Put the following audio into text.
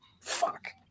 Fuck